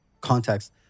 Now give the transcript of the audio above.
context